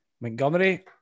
Montgomery